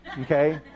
Okay